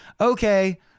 Okay